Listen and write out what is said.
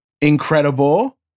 incredible